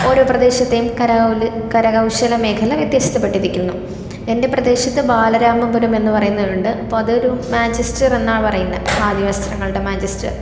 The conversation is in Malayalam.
ഓരോ പ്രദേശത്തെയും കരകൗല് കരകൗശല മേഖല വ്യത്യസ്തപ്പെട്ടിരിക്കുന്നു എൻ്റെ പ്രദേശത്ത് ബാലരാമപുരം എന്ന് പറയുന്ന ഉണ്ട് അപ്പോള് അതൊരു മാഞ്ചെസ്റ്ററെന്നാണ് പറയുന്നെ ഖാദി വസ്ത്രങ്ങളുടെ മാഞ്ചെസ്റ്റർ